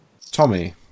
Tommy